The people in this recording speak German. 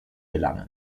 gelangen